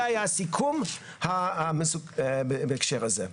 זה היה הסיכום בהקשר הזה.